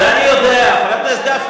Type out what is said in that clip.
את זה אני יודע, חבר הכנסת.